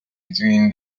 between